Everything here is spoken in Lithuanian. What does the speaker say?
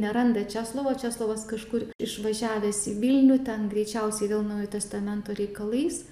neranda česlovo česlovas kažkur išvažiavęs į vilnių ten greičiausiai dėl naujo testamento reikalais